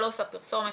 אני לא עושה פרסומת,